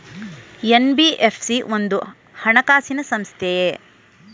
NBFC ಒಂದು ಹಣಕಾಸು ಸಂಸ್ಥೆಯೇ?